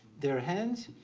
their hands.